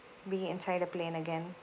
be inside the plane again